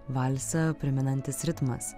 valsą primenantis ritmas